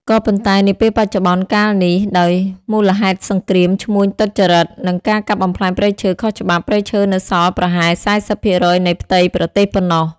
ក៏ប៉ុន្តែនាពេលបច្ចុប្បន្នកាលនេះ ដោយមូលហេតុសង្គ្រាមឈ្មួញទុច្ចរិត និងការកាប់បំផ្លាញព្រៃឈើខុសច្បាប់ ព្រៃឈើនៅសល់ប្រហែល៤០%នៃផ្ទៃប្រទេសប៉ុណ្ណោះ។